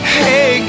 hey